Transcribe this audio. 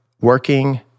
working